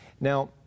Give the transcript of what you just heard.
Now